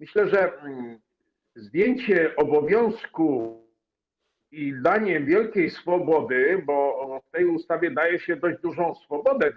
Myślę, że zdjęcie obowiązku i danie wielkiej swobody, bo w tej ustawie daje się dość dużą swobodę